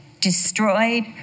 destroyed